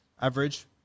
average